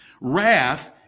Wrath